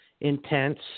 intense